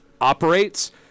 operates